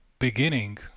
beginning